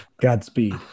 godspeed